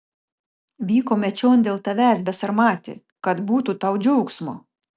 vykome čion dėl tavęs besarmati kad būtų tau džiaugsmo